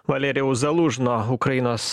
valerijaus zalūžno ukrainos